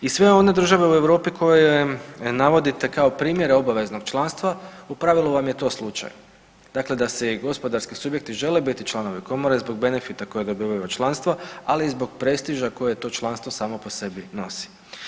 I sve one države u Europi koje navodite kao primjer obavezanog članstva u pravilu vam je to slučaj, dakle da se i gospodarski subjekti žele biti članove komore zbog benefita koji dobivaju od članstva, ali i zbog prestiža koje to članstvo samo po sebi nosi.